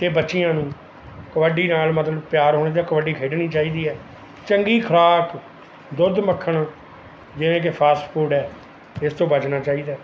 ਤੇ ਬੱਚੀਆਂ ਨੂੰ ਕਬੱਡੀ ਨਾਲ਼ ਮਤਲਬ ਪਿਆਰ ਹੋਣਾ ਚਾਹੀਦਾ ਕਬੱਡੀ ਖੇਡਣੀ ਚਾਹੀਦੀ ਹੈ ਚੰਗੀ ਖ਼ੁਰਾਕ ਦੁੱਧ ਮੱਖਣ ਜਿਵੇਂ ਕਿ ਫਾਸਟ ਫੂਡ ਹੈ ਇਸ ਤੋਂ ਬਚਣਾ ਚਾਹੀਦਾ ਹੈ